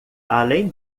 além